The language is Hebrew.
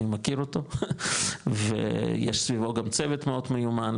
אני מכיר אותו ויש סביבו גם צוות מאוד מיומן,